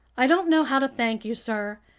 i don't know how to thank you, sir,